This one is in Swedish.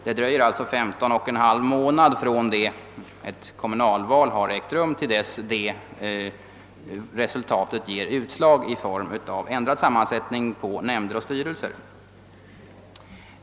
Det dröjer med andra ord femton och en halv månad från den tidpunkt då ett kommunalval ägt rum till dess att resultatet ger utslag i form av ändrad sammansättning på nämnder och styrelser.